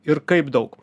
ir kaip daug